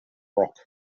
rock